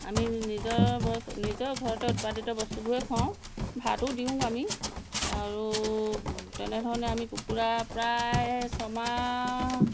আমি নিজৰ নিজৰ ঘৰতে উৎপাদিত বস্তুবোৰে খোৱাওঁ ভাতো দিওঁ আমি আৰু তেনেধৰণে আমি কুকুৰা প্ৰায় ছমাহ